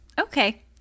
Okay